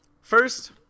first